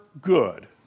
good